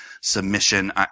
submission